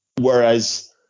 Whereas